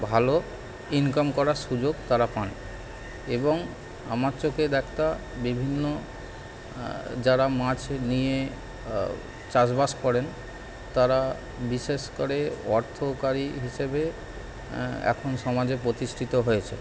ভালো ইনকাম করার সুযোগ তারা পান এবং আমার চোখে দেখা বিভিন্ন যারা মাছ নিয়ে চাষবাস করেন তারা বিশেষ করে অর্থকরী হিসেবে এখন সমাজে প্রতিষ্ঠিত হয়েছে